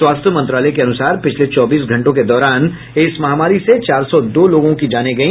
स्वास्थ्य मंत्रालय के अनुसार पिछले चौबीस घंटों के दौरान इस महामारी से चार सौ दो लोगों की जानें गई